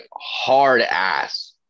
hard-ass